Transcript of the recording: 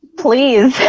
please?